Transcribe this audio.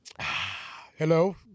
Hello